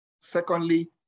Secondly